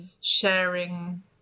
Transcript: sharing